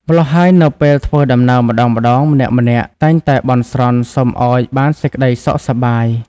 ម៉្លោះហើយនៅពេលធ្វើដំណើរម្ដងៗ ម្នាក់ៗតែងតែបន់ស្រន់ សុំឲ្យបានសេចក្ដីសុខសប្បាយ